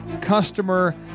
customer